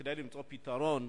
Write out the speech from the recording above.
כדי למצוא פתרון.